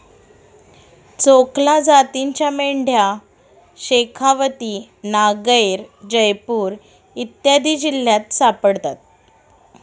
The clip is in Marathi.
चोकला जातीच्या मेंढ्या शेखावती, नागैर, जयपूर इत्यादी जिल्ह्यांत सापडतात